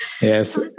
yes